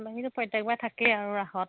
আলহীটো প্ৰত্যেকবাৰে থাকেই ৰাসত